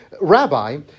Rabbi